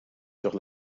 sur